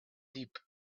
deep